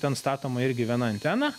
ten statoma irgi viena antena